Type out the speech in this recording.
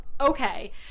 okay